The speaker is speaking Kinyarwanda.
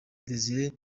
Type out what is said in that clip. desire